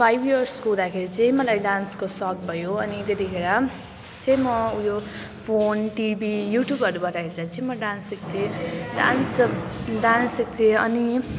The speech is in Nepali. फाइभ इयर्सको हुँदाखेरि चाहिँ मलाई डान्सको सोख भयो अनि त्यतिखेर चाहिँ म उयो फोन टिभी युट्युबहरूबाट हेरेर चाहिँ म डान्स सिक्थेँ डान्स डान्स सिक्थेँ अनि